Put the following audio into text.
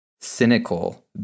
cynical